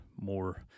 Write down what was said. more